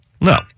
No